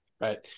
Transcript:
right